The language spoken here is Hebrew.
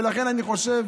ולכן, אני חושב